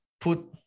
put